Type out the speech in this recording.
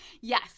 Yes